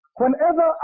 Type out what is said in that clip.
Whenever